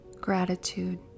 gratitude